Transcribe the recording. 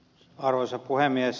arvoisa puhemies